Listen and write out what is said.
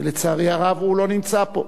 ולצערי הרב הוא לא נמצא פה.